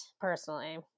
personally